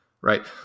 right